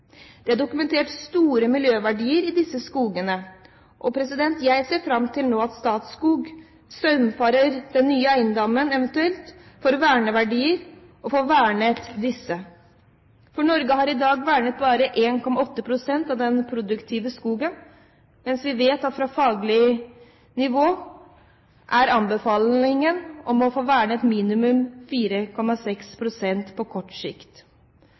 Det er dokumentert store miljøverdier i disse skogene, og jeg ser fram til at Statskog nå saumfarer den nye eiendommen for eventuelle verneverdier og får vernet disse. Norge har i dag vernet bare 1,8 pst. av den produktive skogen, mens vi vet at fra faglig hold er anbefalingen å få vernet minimum 4,6 pst. på kort sikt.